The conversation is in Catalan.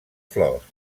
flors